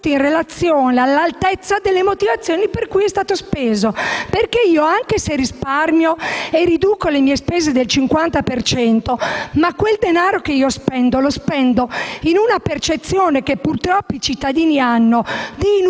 in relazione all'altezza delle motivazioni per cui è stato speso. Infatti, anche se risparmio e riduco le mie spese del 50 per cento, ma spendo il denaro in una percezione, che purtroppo i cittadini hanno, di inutilità